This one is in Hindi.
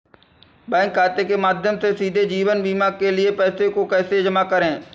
बैंक खाते के माध्यम से सीधे जीवन बीमा के लिए पैसे को कैसे जमा करें?